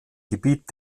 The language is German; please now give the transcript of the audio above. gebiet